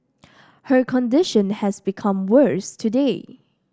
her condition has become worse today